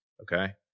okay